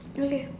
okay